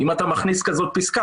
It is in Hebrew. אם אתה מכניס כזאת פסקה,